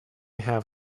have